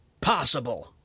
possible